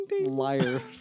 Liar